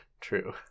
True